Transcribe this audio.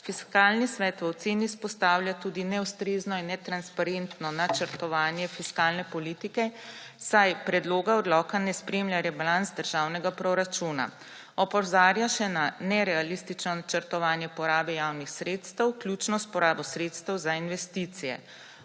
Fiskalni svet v oceni izpostavlja tudi neustrezno in netransparentno načrtovanje fiskalne politike, saj predloga odloka ne spremlja rebalans državnega proračuna. Opozarja še na nerealistično načrtovanje porabe javnih sredstev, vključno s porabo sredstev za investicije.